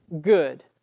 good